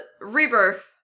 Rebirth